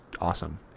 awesome